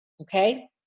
Okay